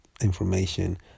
information